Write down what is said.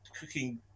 cooking